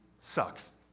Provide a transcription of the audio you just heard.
sucks.